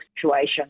situation